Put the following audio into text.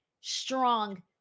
strong